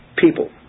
People